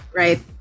right